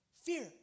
Fear